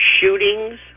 shootings